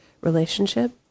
relationship